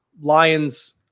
lion's